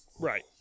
right